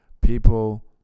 people